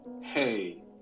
hey